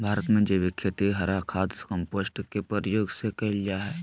भारत में जैविक खेती हरा खाद, कंपोस्ट के प्रयोग से कैल जा हई